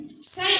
Say